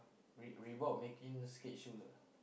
we we bought Makin skate shoes ah